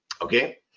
okay